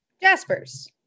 Jaspers